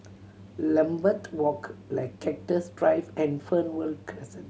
Lambeth Walk Cactus Drive and Fernvale Crescent